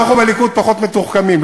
אנחנו בליכוד פחות מתוחכמים,